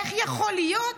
איך יכול להיות?